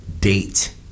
date